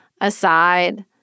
aside